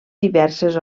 diverses